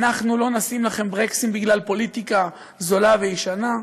אנחנו לא נשים לכם ברקסים בגלל פוליטיקה זולה וישנה.